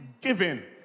given